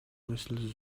مثل